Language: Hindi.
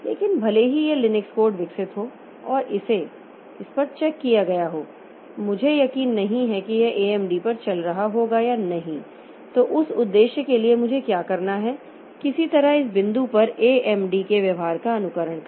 लेकिन भले ही यह लिनक्स कोड विकसित हो और इसे इस पर चेक किया गया हो इसलिए मुझे यकीन नहीं है कि यह AMD पर चल रहा होगा या नहीं तो उस उद्देश्य के लिए मुझे क्या करना है किसी तरह इस बिंदु पर एएमडी के व्यवहार का अनुकरण करें